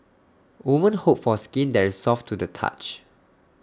women hope for skin that is soft to the touch